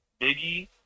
Biggie